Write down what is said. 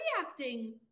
reacting